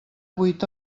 vuit